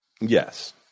Yes